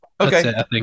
okay